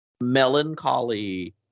melancholy